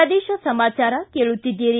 ಪ್ರದೇಶ ಸಮಾಚಾರ ಕೇಳುತ್ತೀದ್ದಿರಿ